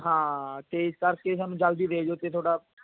ਹਾਂ ਅਤੇ ਇਸ ਕਰਕੇ ਸਾਨੂੰ ਜਲਦੀ ਦੇ ਦਿਓ ਅਤੇ ਤੁਹਾਡਾ